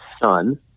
Son